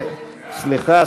סליחה,